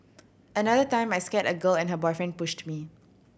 another time I scared a girl and her boyfriend pushed me